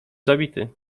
zabity